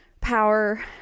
power